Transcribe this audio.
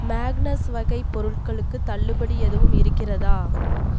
Magnus வகை பொருட்களுக்குத் தள்ளுபடி எதுவும் இருக்கிறதா